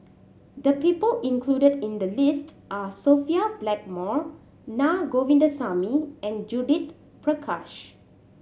the people included in the list are Sophia Blackmore Naa Govindasamy and Judith Prakash